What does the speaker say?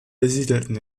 besiedelten